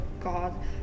God